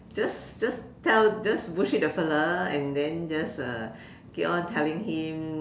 just just tell just bullshit the fellow and then just uh keep on telling him